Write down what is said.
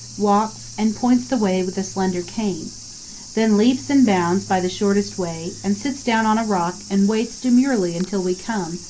walks, and points the way with a slender cane then leaps and bounds by the shortest way, and sits down on a rock and waits demurely until we come,